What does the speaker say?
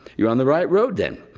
you're on the right road then.